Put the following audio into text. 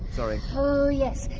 sorry. oh yes,